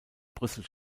brüssel